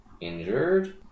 injured